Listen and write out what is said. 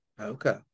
Okay